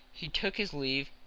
he took his leave.